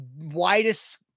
widest